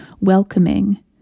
welcoming